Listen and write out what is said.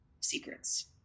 secrets